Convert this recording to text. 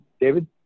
David